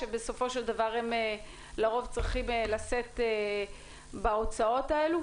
שבסופו של דבר הם צריכים לשאת בהוצאות האלה.